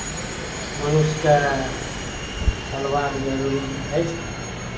मनुष्यकेँ हेलबाक जरूरी अछि